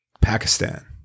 Pakistan